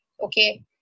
Okay